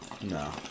No